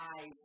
eyes